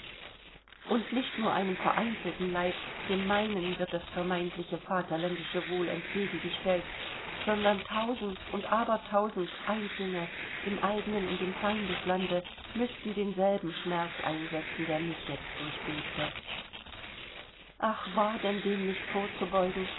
und nicht nur einem vereinzelten leid dem meinen wird das vermeintliche vaterländische wohl entgegengestellt sondern tausend und abertausend einzelne im eigenen und im feindeslande müßten denselben schmerz einsetzen der mich jetzt durchbebte ach war denn dem nicht vorzubeugen